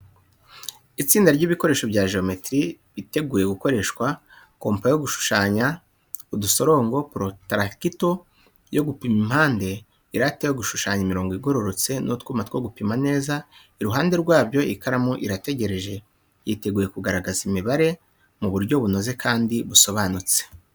Itsinda ry’ibikoresho bya jewometiri byiteguye gukoreshwa: kompa yo gushushanya udusongororo, porotarakito yo gupima impande, irate yo gushushanya imirongo igororotse, n’utwuma two gupima neza. Iruhande rwabyo, ikaramu irategereje, yiteguye kugaragaza imibare mu buryo bunoze kandi busobanutse.